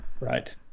Right